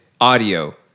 audio